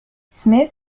smythe